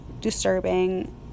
disturbing